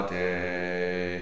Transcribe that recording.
day